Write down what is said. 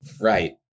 Right